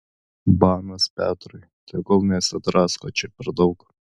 banas petrui tegul nesidrasko čia per daug